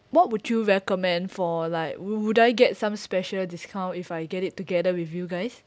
what would you recommend for like would would I get some special discount if I get it together with you guys